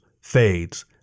fades